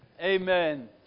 Amen